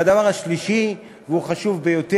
והדבר השלישי, והוא חשוב ביותר,